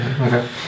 Okay